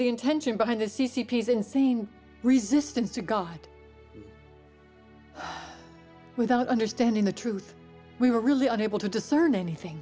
the intention behind the c c p is insane resistance to god without understanding the truth we were really unable to discern any thing